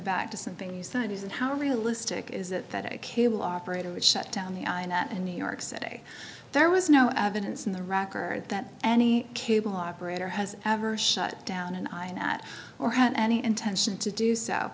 back to something you said is that how realistic is it that a cable operator would shut down the i not in new york city there was no evidence in the record that any cable operator has ever shut down and i know that or had any intention to do so